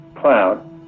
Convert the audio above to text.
cloud